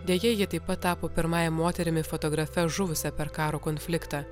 deja ji taip pat tapo pirmąja moterimi fotografe žuvusia per karo konfliktą